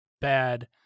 bad